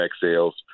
sales